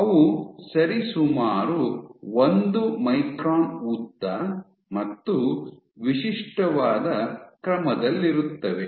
ಅವು ಸರಿಸುಮಾರು ಒಂದು ಮೈಕ್ರಾನ್ ಉದ್ದ ಮತ್ತು ವಿಶಿಷ್ಟವಾದ ಕ್ರಮದಲ್ಲಿರುತ್ತವೆ